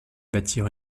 bâtir